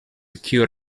occur